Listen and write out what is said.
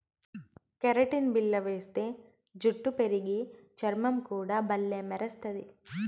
keratin బిల్ల వేస్తే జుట్టు పెరిగి, చర్మం కూడా బల్లే మెరస్తది